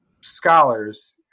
scholars